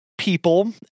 people